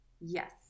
Yes